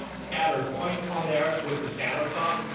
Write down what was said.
scattered points on there with the scatter sop,